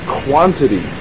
quantity